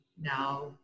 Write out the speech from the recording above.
now